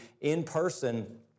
in-person